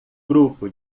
grupo